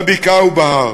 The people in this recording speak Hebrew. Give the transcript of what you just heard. בבקעה ובהר,